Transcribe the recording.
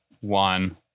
one